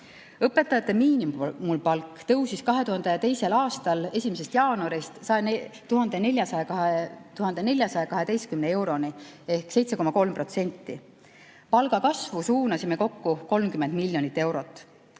Õpetajate miinimumpalk tõusis 2002. aasta 1. jaanuarist 1412 euroni ehk 7,3%. Palgakasvu suunasime kokku 30 miljonit eurot.